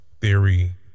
Theory